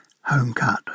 home-cut